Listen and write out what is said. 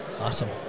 Awesome